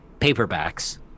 paperbacks